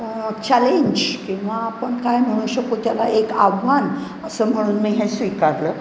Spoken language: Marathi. चॅलेंज किंवा आपण काय म्हणू शकू त्याला एक आव्हान असं म्हणून मी हे स्वीकारलं